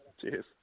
cheers